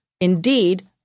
indeed